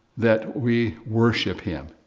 that we worship him.